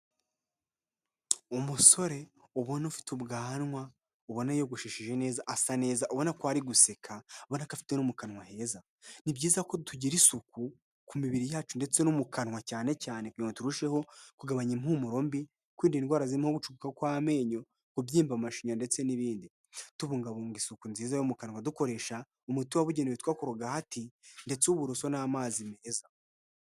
Umusore ubona ufite ubwanwa, ubona yiyogoshesheje neza, asa neza ubona ko ari guseka, ubona ko afite no mu kanwa heza, ni byiza ko tugira isuku ku mibiri yacu ndetse no mu kanwa cyane cyane kugira turusheho kugabanya impumuro mbi kwirinda indwara zirimo gucuyuka kw'amenyo, kubyimba amashinya ndetse n'ibindi tubungabunga isuku nziza yo mu kanwa dukoresha umuti wabugenewe witwa korogati ndetse uburoso n'amazi meza.